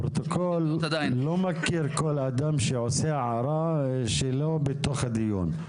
הפרוטוקול לא מכיר כל אדם שמעיר הערה שהיא לא בתוך הדיון,